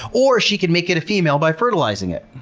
or she can make it a female by fertilizing it.